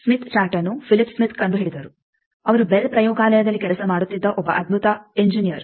Smith ಚಾರ್ಟ್ಅನ್ನು Philip Smith ಕಂಡುಹಿಡಿದರು ಅವರು ಬೆಲ್ ಪ್ರಯೋಗಾಲಯದಲ್ಲಿ ಕೆಲಸ ಮಾಡುತ್ತಿದ್ದ ಒಬ್ಬ ಅದ್ಭುತ ಇಂಜಿನಿಯರ್